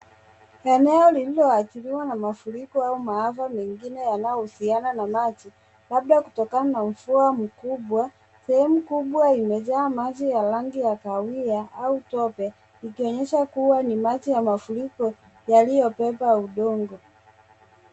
Eneo lililo adhiriwa na mafuriko au maafa mengine yanayohusiana na maji labda kutokana na mvua mkubwa. Sehemu kubwa imejaa maji ya rangi ya kahawia au tope ikionyesha kuwa ni maji ya mafuriko yaliyo beba udongo.